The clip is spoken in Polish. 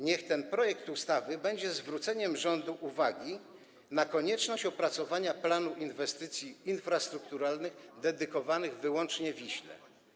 Niech ten projekt ustawy będzie zwróceniem uwagi rządowi na konieczność opracowania planu inwestycji infrastrukturalnych, dedykowanych wyłącznie Wiśle.